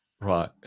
Right